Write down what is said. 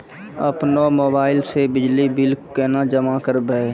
अपनो मोबाइल से बिजली बिल केना जमा करभै?